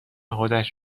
خودش